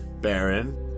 Baron